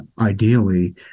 ideally